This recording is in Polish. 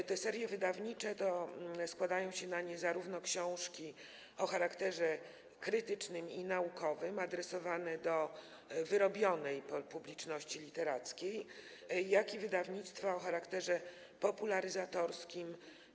Na te serie wydawnicze składają się zarówno książki o charakterze krytycznym i naukowym, adresowane do wyrobionej publiczności literackiej, jak i wydawnictwa o charakterze popularyzatorskim.